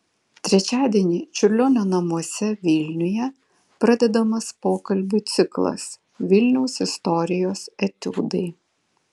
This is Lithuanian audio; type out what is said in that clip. trečiadienį čiurlionio namuose vilniuje pradedamas pokalbių ciklas vilniaus istorijos etiudai